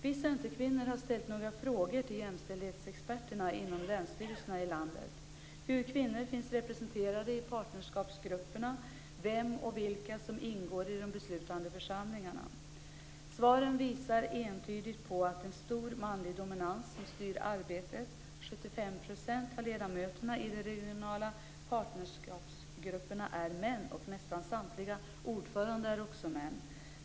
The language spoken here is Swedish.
Vi centerkvinnor har frågat jämställdhetsexperterna inom länsstyrelserna i landet hur kvinnor finns representerade i partnerskapsgrupperna och vilka som ingår i de beslutande församlingarna. Svaren visar entydigt en stor manlig dominans i styrningen av arbetet - 75 % av ledamöterna i de regionala partnerskapsgrupperna är män, och nästan samtliga ordförande är män.